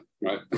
right